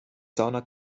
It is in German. sauna